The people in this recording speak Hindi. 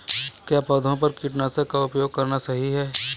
क्या पौधों पर कीटनाशक का उपयोग करना सही है?